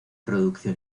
producción